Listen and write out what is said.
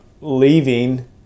leaving